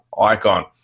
icon